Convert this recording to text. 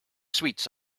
sweets